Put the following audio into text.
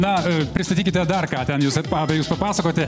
na pristatykite dar ką ten jus apie jus papasakoti